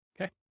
Okay